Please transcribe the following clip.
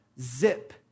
zip